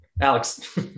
Alex